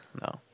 no